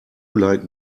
like